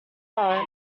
though